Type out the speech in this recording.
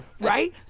right